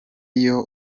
iyo